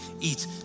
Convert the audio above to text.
eat